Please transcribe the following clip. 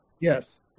Yes